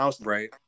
Right